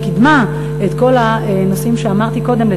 שקידמה את כל הנושאים שאמרתי קודם,